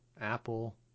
Apple